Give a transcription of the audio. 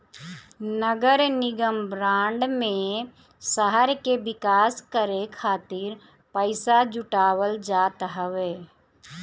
नगरनिगम बांड में शहर के विकास करे खातिर पईसा जुटावल जात हवे